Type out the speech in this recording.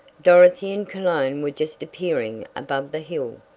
dorothy and cologne were just appearing above the hill,